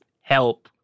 help